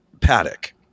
Paddock